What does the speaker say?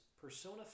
Persona